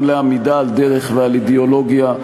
גם לעמידה על דרך ועל אידיאולוגיה,